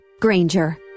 Granger